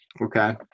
Okay